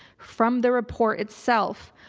from the report itself.